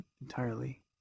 entirely